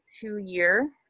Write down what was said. two-year